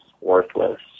Worthless